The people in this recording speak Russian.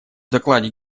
докладе